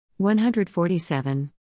147